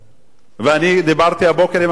אני דיברתי הבוקר עם הממונה על המחוז,